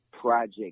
project